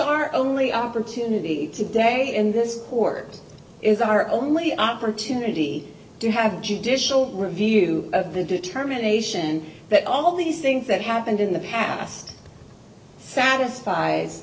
our only opportunity to day in this court is our only opportunity to have judicial review of the determination that all of these things that happened in the past satisfies